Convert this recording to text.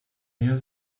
mehr